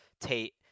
Tate